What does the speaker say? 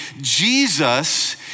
Jesus